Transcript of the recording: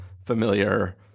familiar